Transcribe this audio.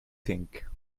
think